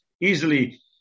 easily